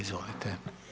Izvolite.